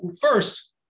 first